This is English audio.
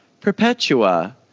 Perpetua